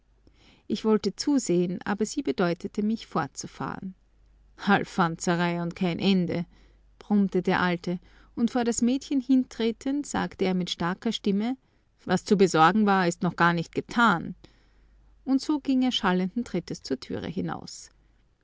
ich wollte zusehen aber sie bedeutete mich fortzufahren alfanzerei und kein ende brummte der alte und vor das mädchen hintretend sagte er mit starker stimme was zu besorgen war ist noch gar nicht getan und so ging er schallenden trittes zur türe hinaus